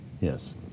Yes